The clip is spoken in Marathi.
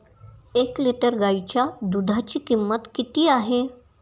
एक लिटर गाईच्या दुधाची किंमत किती आहे?